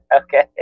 Okay